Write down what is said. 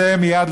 צא מייד,